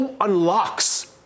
unlocks